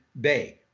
Bay